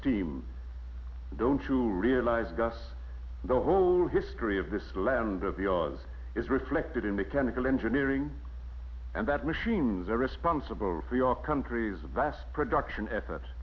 steam don't you realize gus the whole history of this land of the oz is reflected in mechanical engineering and that machines are responsible for your country's vast production effort